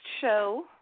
show